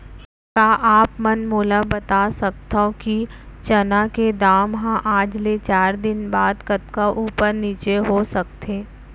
का आप मन मोला बता सकथव कि चना के दाम हा आज ले चार दिन बाद कतका ऊपर नीचे हो सकथे?